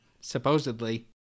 supposedly